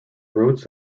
routes